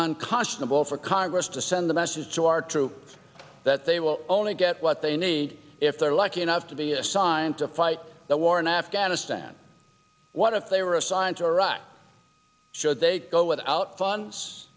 unconscionable for congress to send a message to our troops that they will only get what they need if they're lucky enough to be assigned to fight the war in afghanistan what if they were assigned to iraq should they go without funds